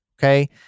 okay